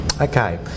Okay